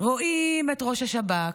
רואים את ראש השב"כ,